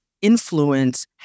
influence